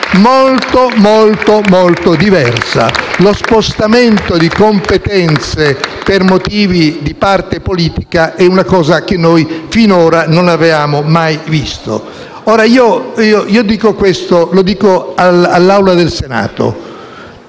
cosa molto molto diversa: lo spostamento di competenze per motivi di parte politica è una cosa che noi finora non avevamo mai visto. Io dico questo e mi